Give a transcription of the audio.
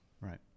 Right